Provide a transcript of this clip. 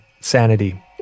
sanity